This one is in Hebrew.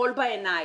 חול בעיניים.